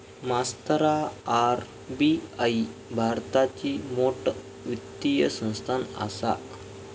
मास्तरा आर.बी.आई भारताची मोठ वित्तीय संस्थान आसा